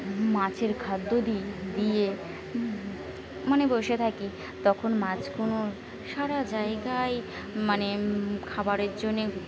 মাছের খাদ্য দিই দিয়ে মানে বসে থাকি তখন মাছগুনো সারা জায়গায় মানে খাবারের জন্যে